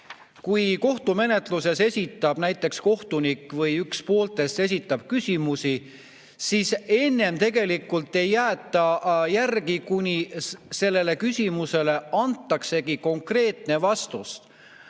Kui kohtumenetluses esitab näiteks kohtunik või üks pooltest küsimusi, siis enne tegelikult ei jäeta järele, kuni sellele küsimusele antakse konkreetne vastus.